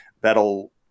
that'll